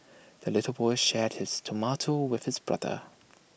the little boy shared his tomato with his brother